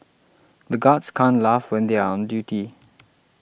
the guards can't laugh when they are on duty